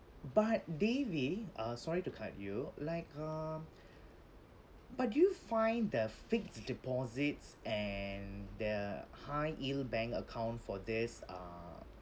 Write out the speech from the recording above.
but devi uh sorry to cut you like uh but do you find the fixed deposits and the high yield bank account for this uh